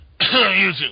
YouTube